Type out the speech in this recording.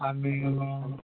আমি হ'লোঁ অঁ